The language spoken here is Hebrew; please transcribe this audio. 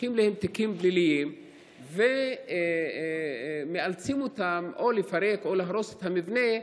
פותחים להם תיקים פליליים ומאלצים אותם או לפרק או להרוס את המבנה,